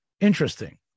interesting